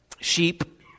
Sheep